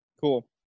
Cool